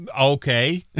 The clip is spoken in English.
Okay